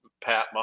pat